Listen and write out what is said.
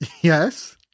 Yes